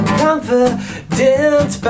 confidence